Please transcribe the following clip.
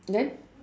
then